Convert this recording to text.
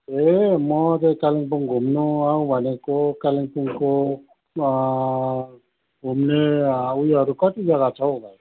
ए म चाहिँ कालेबुङ घुम्नु आऊँ भनेको कालेबुङको घुम्ने ऊ योहरू कति जग्गा छ हौ भाइ